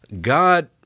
God